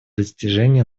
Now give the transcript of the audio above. достижения